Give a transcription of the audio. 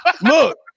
Look